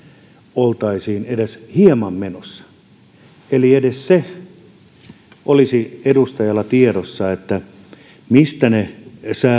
oltaisiin menossa eli olisi hyvä olla edustajalla tiedossa edes se mistä ne